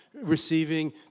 receiving